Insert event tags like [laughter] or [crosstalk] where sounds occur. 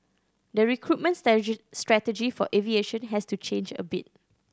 the recruitment [unintelligible] strategy for aviation has to change a bit